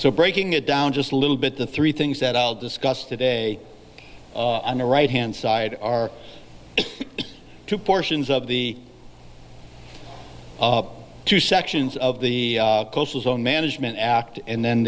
so breaking it down just a little bit the three things that i'll discuss today on the right hand side are two portions of the two sections of the coastal zone management act and then